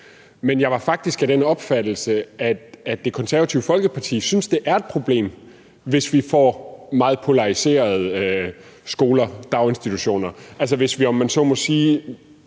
Men jeg var faktisk af den opfattelse, at Det Konservative Folkeparti synes, at det er et problem, hvis vi får meget polariserede skoler, daginstitutioner; altså hvis vi, om man så må sige,